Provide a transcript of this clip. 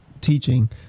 teaching